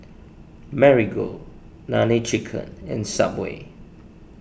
Marigold Nene Chicken and Subway